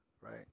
right